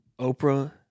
Oprah